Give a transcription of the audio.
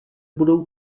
budou